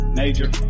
major